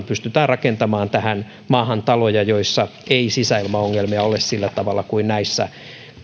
pystytään rakentamaan tähän maahan taloja joissa ei sisäilmaongelmia ole sillä tavalla kuin näissä